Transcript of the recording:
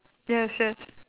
yes yes